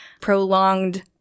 prolonged